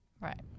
Right